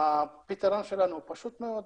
והפתרון שלנו הוא פשוט מאוד.